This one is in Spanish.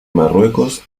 marruecos